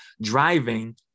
driving